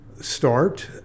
start